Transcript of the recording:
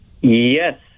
Yes